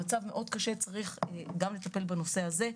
המצב מאוד קשה וצריך לטפל גם בנושא הזה.